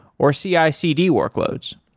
or cicd workloads